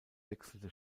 wechselte